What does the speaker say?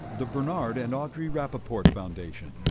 the bernard and audre rapoport foundation.